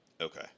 Okay